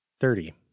Thirty